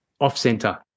off-center